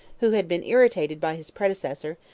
who had been irritated by his predecessor,